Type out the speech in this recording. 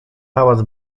pałac